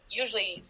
usually